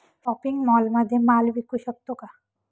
Shopping मॉलमध्ये माल विकू शकतो का?